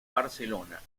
barcelona